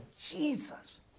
Jesus